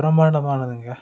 பிரம்மாண்டமானதுங்க